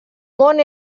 món